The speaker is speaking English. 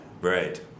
Right